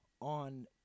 on